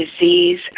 disease